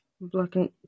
blocking